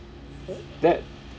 that